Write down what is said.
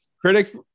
Critic